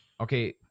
Okay